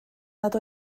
nad